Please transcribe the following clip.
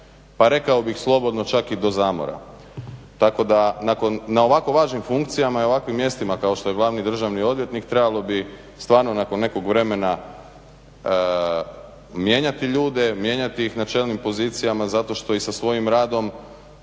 pa rekao bih slobodno, čak i do zamora. Tako da na ovako važnim funkcijama i ovakvim mjestima kao što je glavni državni odvjetnik trebalo bi stvarno nakon nekog vremena mijenjati ljude, mijenjati ih na čelnim pozicijama zato što i sa svojim radom,